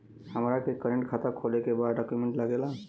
हमारा के करेंट खाता खोले के बा का डॉक्यूमेंट लागेला?